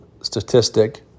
statistic